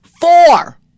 Four